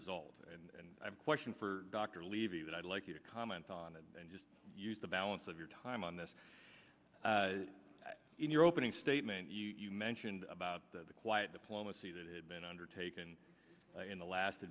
result and question for dr levy that i'd like you to comment on and just use the balance of your time on this in your opening statement you mentioned about the quiet diplomacy that had been undertaken in the last